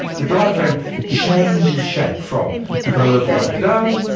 the diaphragm changes shape from curved like a dome,